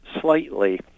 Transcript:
slightly